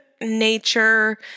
nature